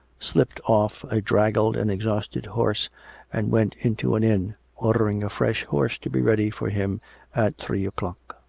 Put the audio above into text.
slipped off a draggled and exhausted horse and went into an inn, ordering a fresh horse to be ready for him at three o'clock.